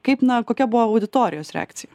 kaip na kokia buvo auditorijos reakcija